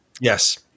Yes